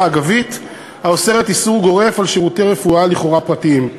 "אגבית" האוסרת איסור גורף על שירותי רפואה לכאורה פרטיים.